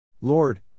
Lord